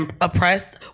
oppressed